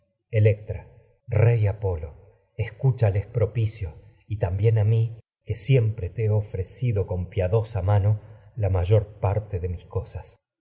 electra rey apolo escúchales propicio y tam bién la a mi que siempre te he ofrecido con piadosa mano parte mayor de por mis cosas